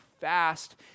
fast